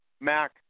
Mac